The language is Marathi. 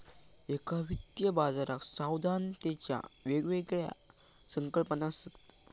एका वित्तीय बाजाराक सावधानतेच्या वेगवेगळ्या संकल्पना असत